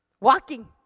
walking